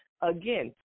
again